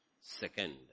Second